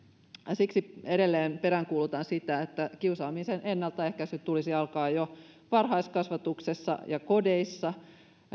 siksi edelleen peräänkuulutan sitä että kiusaamisen ennalta ehkäisyn tulisi alkaa jo varhaiskasvatuksessa ja kodeissa